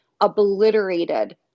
obliterated